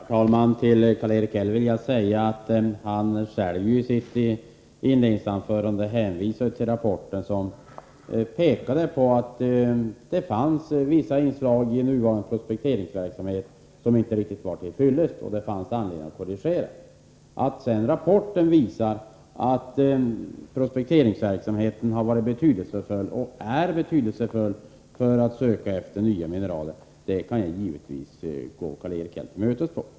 Herr talman! Till Karl-Erik Häll vill jag säga att han ju själv i sitt inledningsanförande hänvisade till rapporten där man pekade på att det fanns vissa inslag i nuvarande prospekteringsverksamhet som inte riktigt var till fyllest och att det fanns anledning att korrigera detta. Rapporten visade sedan att prospekteringsverksamheten har varit betydelsefull och är betydelsefull när det gäller att söka efter nya mineraler — i fråga om detta kan jag givetvis gå Karl-Erik Häll till mötes.